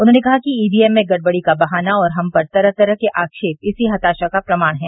उन्होंने कहा कि ईवीएम में गड़बड़ी का बहाना और हम पर तरह तरह के आह्वेप इसी हताशा का प्रमाण है